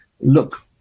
Look